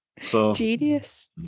genius